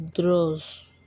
draws